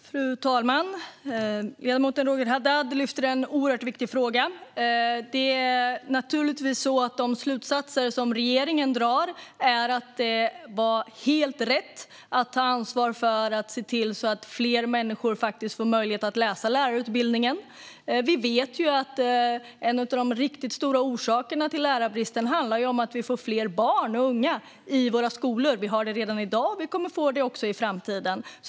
Fru talman! Ledamoten Roger Haddad lyfter upp en oerhört viktig fråga. Naturligtvis drar regeringen slutsatsen att det var helt rätt att ta ansvar för och se till att fler människor fick möjlighet att läsa på lärarutbildningen. Vi vet att en av de riktigt stora orsakerna till lärarbristen är att vi får fler barn och unga i våra skolor. Vi har det redan i dag, och vi kommer att få det också i framtiden.